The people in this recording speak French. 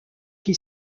qui